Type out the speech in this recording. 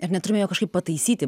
ir neturime jo kažkaip pataisyti